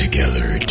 Together